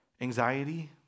anxiety